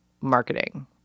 marketing